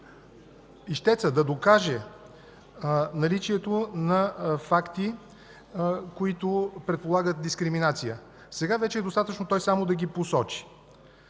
ищецът да докаже наличието на факти, които предполагат дискриминация. Сега вече е достатъчно той само да ги посочи.